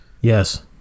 Yes